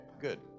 good